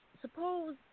suppose